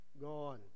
gone